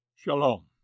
Shalom